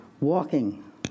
walking